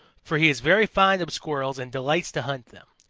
for he is very fond of squirrels and delights to hunt them.